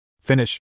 Finish